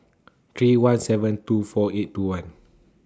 three one seven two four eight two one